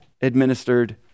administered